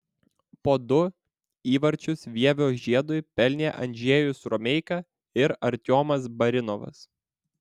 po du įvarčius vievio žiedui pelnė andžejus romeika ir artiomas barinovas